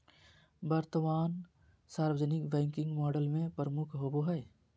वर्तमान सार्वजनिक banking model में प्रमुख होबो हइ